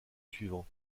suivant